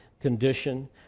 condition